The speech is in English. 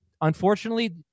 unfortunately